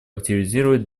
активизировать